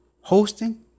hosting